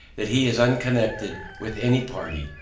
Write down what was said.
that he is unconnected with any party,